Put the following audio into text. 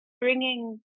bringing